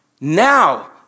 now